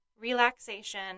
relaxation